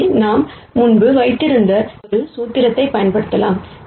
எனவே நாம் முன்பு வைத்திருந்த ஒரு ஃபார்முலாவை பயன்படுத்தலாம்